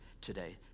today